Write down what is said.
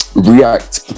react